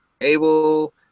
able